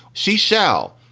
she shall.